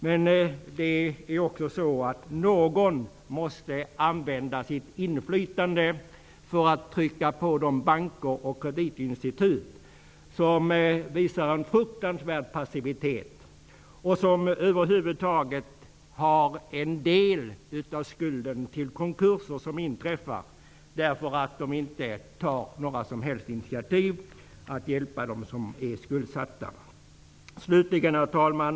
Men någon måste använda sitt inflytande för att trycka på de banker och kreditinstitut som visar en fruktansvärd passivitet. De har en del av skulden till de konkurser som inträffar på grund av att de inte tar några som helst initiativ till att hjälpa dem som är skuldsatta. Herr talman!